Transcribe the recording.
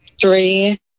Three